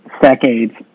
Decades